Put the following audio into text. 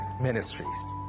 Ministries